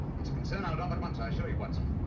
it's a concern i'll drop at once i assure you, watson.